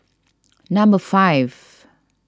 number five